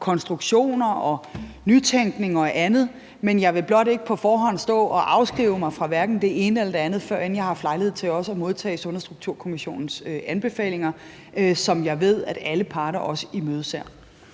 konstruktioner og nytænkning og andet, men jeg vil bare ikke på forhånd stå og afskrive hverken det ene eller det andet, førend jeg har haft lejlighed til at modtage Sundhedsstrukturkommissionens anbefalinger, som jeg ved at alle parter imødeser.